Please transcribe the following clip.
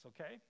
okay